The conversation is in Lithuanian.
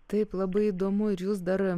taip labai įdomu ir jūs dar